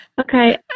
okay